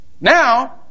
Now